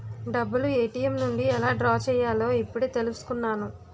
డబ్బులు ఏ.టి.ఎం నుండి ఎలా డ్రా చెయ్యాలో ఇప్పుడే తెలుసుకున్నాను